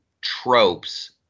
tropes